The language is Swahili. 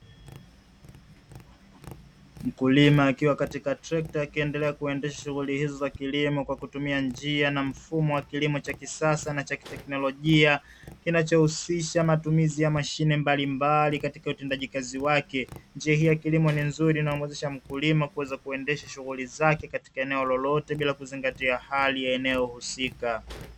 Mkulima akiwa katika trekta akiendelea kuendesha shughuli hizo za kilimo kwa kutumia njia na mfumo wa kilimo cha kisasa na teknolojia kinachohusisha matumizi ya mashine mbalimbali katika utendaji kazi wake. Njia hii ya kilimo ni nzuri inayomuwezesha mkulima kuweza kuendesha shughuli zake katika eneo lolote bila kuzingatia hali ya eneo husika.